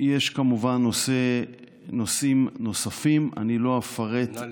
יש כמובן נושאים נוספים, ואני לא אפרט,